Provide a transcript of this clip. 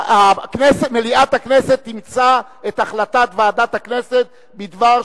ועדת הכנסת ליטול מחברת הכנסת חנין זועבי